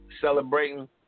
celebrating